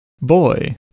boy